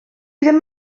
ddim